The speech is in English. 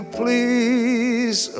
please